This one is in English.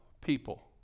people